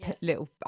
little